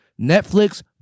Netflix